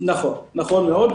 נכון מאוד.